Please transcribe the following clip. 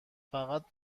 فقط